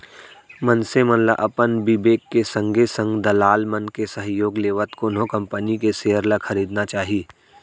मनसे मन ल अपन बिबेक के संगे संग दलाल मन के सहयोग लेवत कोनो कंपनी के सेयर ल खरीदना चाही